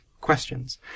questions